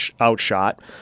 outshot